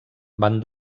van